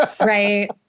right